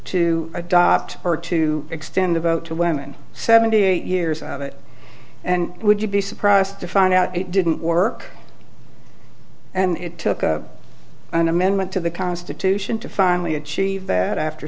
to adopt her to extend a vote to women seventy eight years of it and would you be surprised to find out it didn't work and it took an amendment to the constitution to finally achieve that after